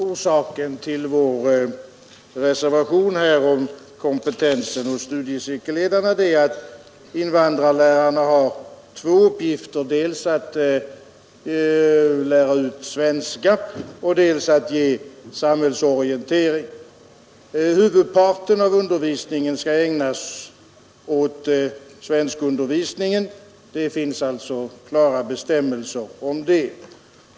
Orsaken till vår reservation när det gäller kompetensen hos studiecirkelledarna är att invandrarlärarna har två uppgifter dels att lära ut svenska, dels att ge samhällsorientering. Huvudparten av lärarnas arbete skall vara svenskundervisning. Det finns klara bestämmelser om detta.